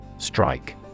Strike